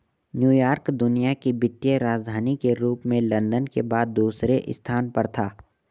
New York दुनिया की वित्तीय राजधानी के रूप में लंदन के बाद दूसरे स्थान पर था